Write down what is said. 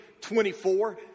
24